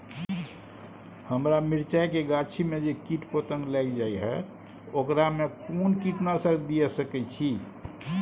हमरा मिर्चाय के गाछी में जे कीट पतंग लैग जाय है ओकरा में कोन कीटनासक दिय सकै छी?